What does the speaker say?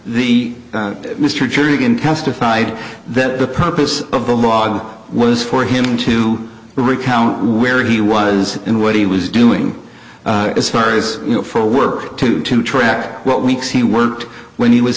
the mr jernigan testified that the purpose of the log was for him to recount where he was and what he was doing as far as you know for work to to track what weeks he worked when he was